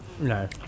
No